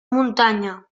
muntanya